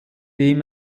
dem